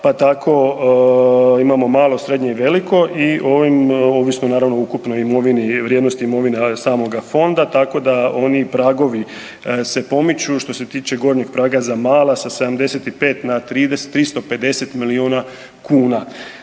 pa tako imamo malo, srednje i veliko ovisno naravno o ukupnoj imovini i vrijednosti imovine samoga fonda tako da oni pragovi se pomiču, što se tiče gornjeg praga na mala sa 75 na 350 milijuna kuna.